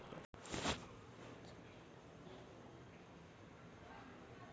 जमीननी धुपनी कारण समुद्रमा, नदीमा गाळ, रेती जमा व्हयीसन उथ्थय व्हयी रायन्यात